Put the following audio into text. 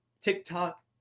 TikTok